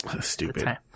Stupid